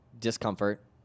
Discomfort